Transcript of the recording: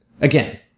Again